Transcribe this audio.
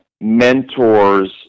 mentors